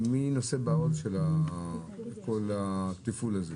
מי נושא בעול של כל התפעול הזה?